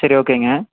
சரி ஓகேங்க